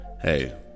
Hey